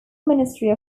ministry